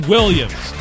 Williams